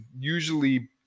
usually